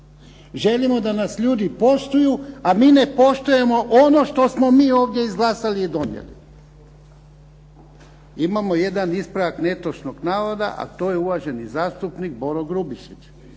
Želimo da nas ljudi poštuju, a mi ne poštujemo ono što smo mi ovdje izglasali i donijeli. Imamo jedan ispravak netočnog navoda, a to je uvaženi zastupnik Boro Grubišić.